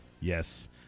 yes